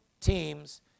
teams